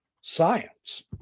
science